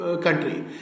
country